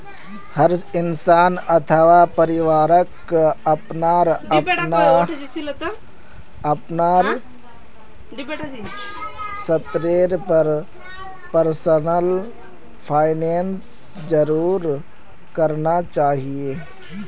हर इंसान अथवा परिवारक अपनार अपनार स्तरेर पर पर्सनल फाइनैन्स जरूर करना चाहिए